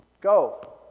Go